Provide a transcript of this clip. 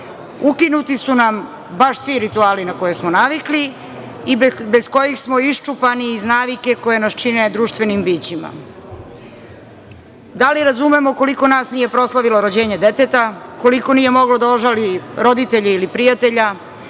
ukinuti su nam baš svi rituali, na koje smo navikli i bez kojih smo iščupani iz navike koje nas čine društvenim bićima? Da li razumemo koliko nas nije proslavilo rođenje deteta, koliko nije moglo da ožali roditelje ili prijatelja,